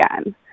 again